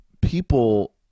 people